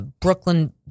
Brooklyn